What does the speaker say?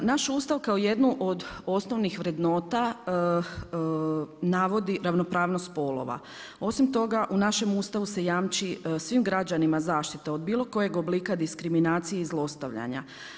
Naš Ustav kao jednu od osnovnih vrednota navodi ravnopravnost spolova, osim toga u našem Ustavu se jamči svim građanima zaštita od bilo kojeg oblika diskriminacije i zlostavljanja.